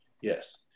yes